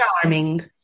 charming